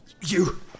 You-